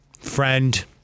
Friend